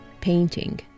painting